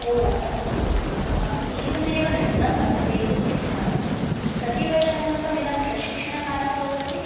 ओ अस्तु अहम् इदमेव नृत्यम् अध्येतुम् इच्छामि कति वर्षात्मकमिदं प्रशिक्षणकालः भवति